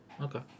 Okay